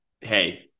Hey